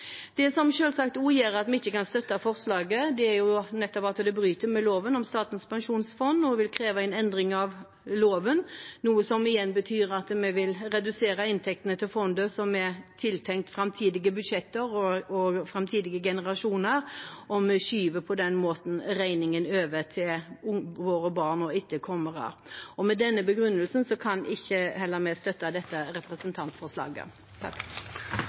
Det som selvsagt også gjør at vi ikke kan støtte forslaget, er at det bryter med loven om Statens pensjonsfond og vil kreve en endring av den, noe som igjen betyr at vi vil redusere inntektene til fondet, som er tiltenkt framtidige budsjetter og framtidige generasjoner. Vi skyver på den måten regningen over til våre barn og våre etterkommere. Med den begrunnelsen kan heller ikke vi støtte dette representantforslaget.